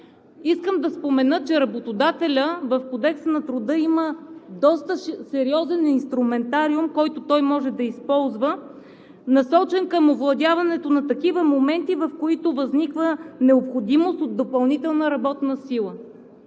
Искам да спомена, че работодателят в Кодекса на труда има доста сериозен инструментариум, който той може да използва, насочен към овладяването на такива моменти, в които възниква необходимост от допълнителна работна сила.